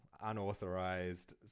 unauthorized